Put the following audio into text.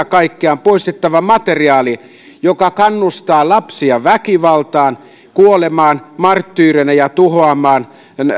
kaikkiaan poistettava materiaali joka kannustaa lapsia väkivaltaan kuolemaan marttyyreina ja tuhoamaan